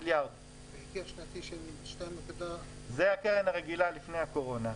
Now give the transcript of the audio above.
בהיקף שנתי של --- זאת הקרן הרגילה לפני הקורונה.